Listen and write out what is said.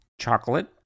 chocolate